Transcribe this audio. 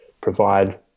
provide